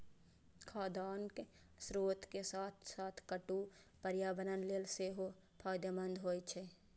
खाद्यान्नक स्रोत के साथ साथ कट्टू पर्यावरण लेल सेहो फायदेमंद होइ छै